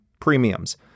premiums